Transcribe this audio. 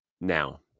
Now